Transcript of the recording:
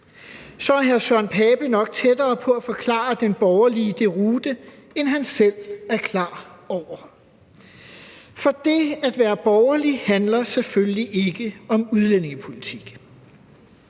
Søren Pape Poulsen nok tættere på at forklare den borgerlige deroute, end han selv er klar over. For det at være borgerlig handler selvfølgelig ikke om udlændingepolitik.